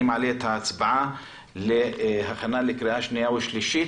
אני מעלה את זה להצבעה להכנה לקריאה שנייה ושלישית.